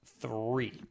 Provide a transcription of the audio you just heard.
three